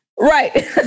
Right